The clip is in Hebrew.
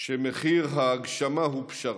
שמחיר ההגשמה הוא פשרה".